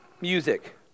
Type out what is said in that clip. music